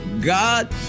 God